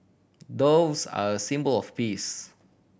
doves are a symbol of peace